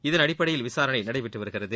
இதன் அடிப்படையில் விசாரணை நடைபெற்று வருகிறது